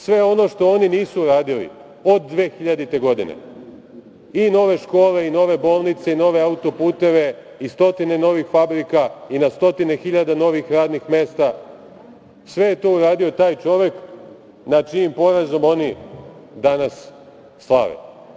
Sve ono što oni nisu uradili od 2000. godine, i nove škole, i nove bolnice, i nove autoputeve, i stotine novih fabrika, i na stotine hiljada novih radnih mesta, sve je to uradio taj čovek nad čijim porazom oni danas slave.